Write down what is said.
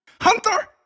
Hunter